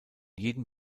jedem